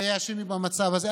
היה שינוי במצב הזה.